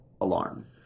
alarm